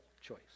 choice